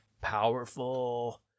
powerful